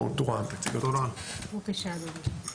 בבקשה אדוני.